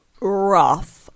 rough